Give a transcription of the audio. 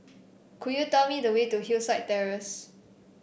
could you tell me the way to Hillside Terrace